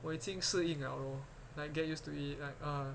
我已经适应 liao lor like get used to it like uh